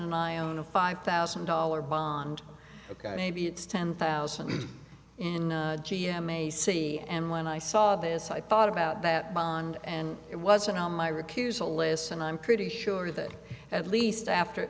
and i own a five thousand dollars bond maybe it's ten thousand in g m ac and when i saw this i thought about that bond and it wasn't on my recusal listen i'm pretty sure that at least after